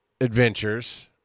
adventures